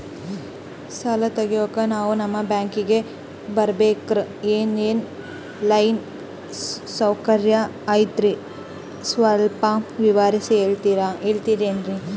ಸಾಲ ತೆಗಿಯೋಕಾ ನಾವು ನಿಮ್ಮ ಬ್ಯಾಂಕಿಗೆ ಬರಬೇಕ್ರ ಏನು ಆನ್ ಲೈನ್ ಸೌಕರ್ಯ ಐತ್ರ ಸ್ವಲ್ಪ ವಿವರಿಸಿ ಹೇಳ್ತಿರೆನ್ರಿ?